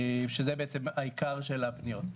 שזה בעצם העיקר של הפניות.